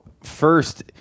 first